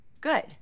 good